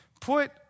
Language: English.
put